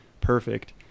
perfect